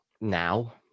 now